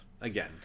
Again